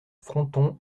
fronton